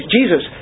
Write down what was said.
Jesus